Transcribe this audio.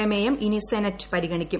പ്രമേയം ഇനി സെനറ്റ് പരിഗണിക്കും